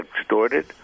extorted